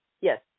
Yes